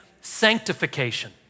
sanctification